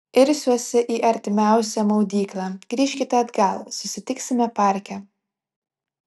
irsiuosi į artimiausią maudyklą grįžkite atgal susitiksime parke